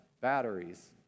batteries